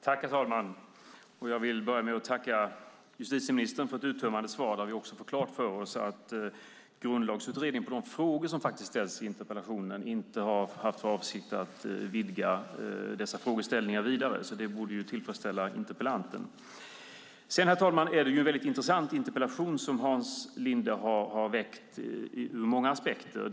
Herr talman! Jag vill börja med att tacka justitieministern för ett uttömmande svar. Det gör klart för oss att grundlagsutredningen inte har för avsikt att vidga de frågeställningar som tas upp i interpellationen, så det borde tillfredsställa interpellanten. Herr talman! Det är en väldigt intressant interpellation som Hans Linde har ställt ur många aspekter.